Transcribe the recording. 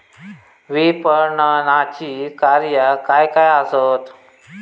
विपणनाची कार्या काय काय आसत?